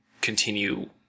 continue